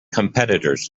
competitors